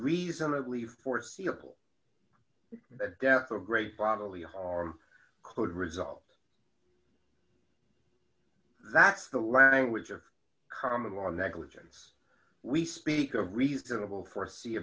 reasonably foreseeable that death of great bodily harm could result that's the language of common law negligence we speak of reasonable foresee